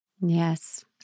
Yes